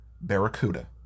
Barracuda